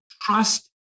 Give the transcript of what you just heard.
Trust